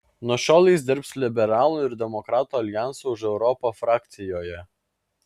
nuo šiol jis dirbs liberalų ir demokratų aljanso už europą frakcijoje